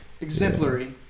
exemplary